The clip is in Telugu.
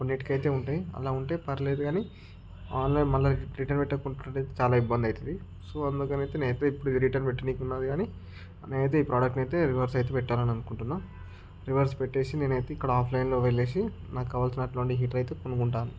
కొన్నిటికైతే ఉంటాయి అలా ఉంటే పర్లేదు కాని ఆన్లైన్ మళ్ళీ రిటర్న్ చాలా ఇబ్బంది అయితది సో అందుకని అయితే నేనైతే ఇప్పుడు రిటన్ పెట్టడానికి ఉన్నది కాని నేనైతే ఈ ప్రోడక్ట్ని అయితే రివర్స్ అయితే పెట్టాలని అనుకుంటున్నా రివర్స్ పెట్టేసి నేనైతే ఇక్కడ ఆఫ్లైన్లో వెళ్లేసి నాకు కావాల్సిన హీటర్ అయితే కొనుక్కుంటాను